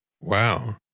Wow